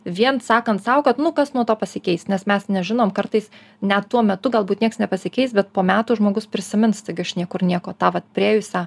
vien sakant sau kad nu kas nuo to pasikeis nes mes nežinom kartais ne tuo metu galbūt nieks nepasikeis bet po metų žmogus prisimins staiga iš niekur nieko tą vat priėjusią